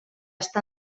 està